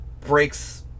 breaks